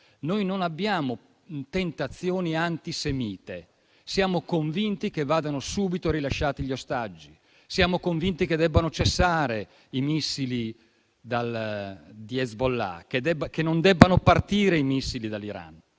Noi non abbiamo assolutamente tentazioni antisemite e siamo convinti che vadano subito rilasciati gli ostaggi. Siamo convinti che debbano cessare i missili di Hezbollah e non debbano partire i missili dall'Iran.